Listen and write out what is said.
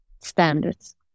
Standards